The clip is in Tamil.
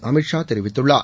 அமீத்ஷா தெரிவித்துள்ளார்